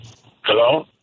Hello